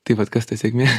tai vat kas ta sėkmė